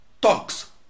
talks